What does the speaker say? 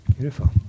Beautiful